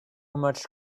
much